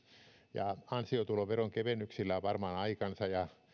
ja ansiotulon veronkevennyksillä on varmaan aikansa ja